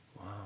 wow